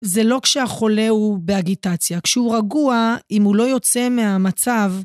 זה לא כשהחולה הוא באגיטציה, כשהוא רגוע, אם הוא לא יוצא מהמצב...